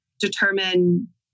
determine